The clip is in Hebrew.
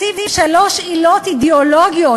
מציב שלוש עילות אידיאולוגיות,